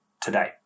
today